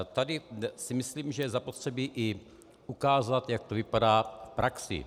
Tady si myslím, že je zapotřebí i ukázat, jak to vypadá v praxi.